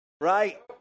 right